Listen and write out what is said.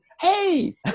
Hey